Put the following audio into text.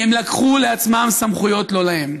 הם לקחו לעצמם סמכויות לא להם.